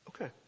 okay